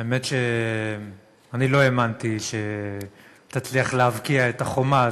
האמת שלא האמנתי שתצליח להבקיע את החומה הזאת.